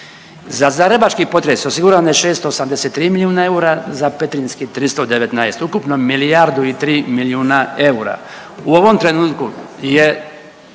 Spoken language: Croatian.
Za zagrebački potres osigurano je 683 milijuna eura, za petrinjski 319, ukupno milijardu i 3 milijuna eura. U ovom trenutku je